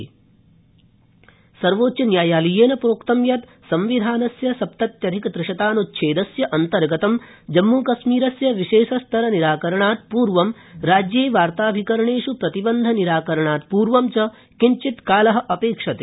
सर्वोच्चन्यायालय सर्वोच्चन्यायालयेन प्रोक्तं यत् संविधानस्य सप्तत्यधिक त्रिशतान्च्देस्य अन्तर्गतं जम्मूकश्मीरस्य विशेषस्तर निराकरणात् पूर्व राज्ये वार्ताभिकरणेष् प्रतिबन्धनिराकरणात् पूर्व च किव्चित् काल अपेक्षते